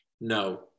no